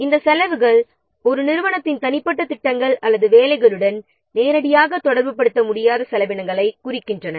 overheads செலவு என்பது ஒரு நிறுவனத்திற்கு தனிப்பட்ட திட்டங்களுடன் நேரடியாக தொடர்புபடுத்த முடியாத செலவைக் குறிக்கிறது